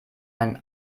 einen